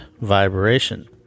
vibration